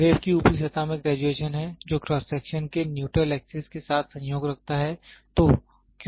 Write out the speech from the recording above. web की ऊपरी सतह में ग्रेजुएशन है जो क्रॉस सेक्शन के न्यूट्रल एक्सिस के साथ संयोग रखता है